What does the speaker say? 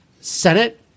Senate